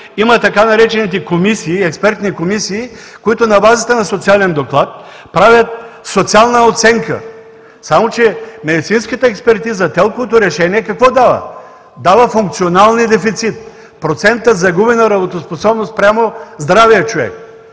има така наречените експертни комисии, които на базата на социален доклад правят социална оценка. Само че медицинската експертиза, ТЕЛК-овото решение какво дава? Дава функционалния дефицит, процента загубена работоспособност спрямо здравия човек,